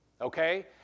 okay